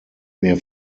mir